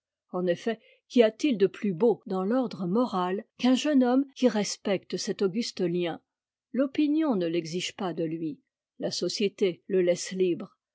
en effet qu'y a-t-il de plus beau dans l'ordre moral qu'un jeune homme qui respecte cet auguste lien l'opinion ne l'exige pas de lui la société le laisse libre